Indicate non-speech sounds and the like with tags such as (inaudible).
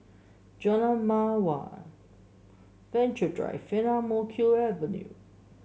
Jalan Mawar Venture Drive (unintelligible) Ang Mo Kio Avenue